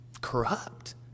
corrupt